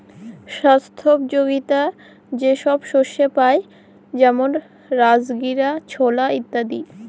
স্বাস্থ্যোপযোগীতা যে সব শস্যে পাই যেমন রাজগীরা, ছোলা ইত্যাদি